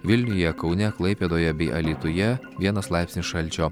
vilniuje kaune klaipėdoje bei alytuje vienas laipsnis šalčio